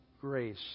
grace